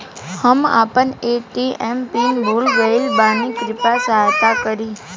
हम आपन ATM PIN भूल गईल बानी कृपया सहायता करी